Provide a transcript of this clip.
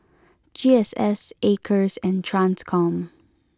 G S S Acres and Transcom